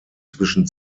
zwischen